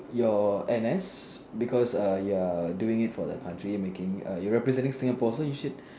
your N_S because err you are doing it for the country making err you are representing Singapore so you should